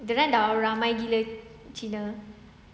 dorang dah ramai gila cina